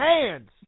hands